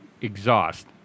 exhaust